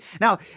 now